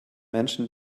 menschen